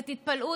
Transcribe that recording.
ותתפלאו,